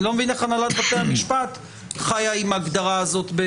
אני לא מבין איך הנהלת בתי המשפט חיה בשלום עם ההגדרה הזאת.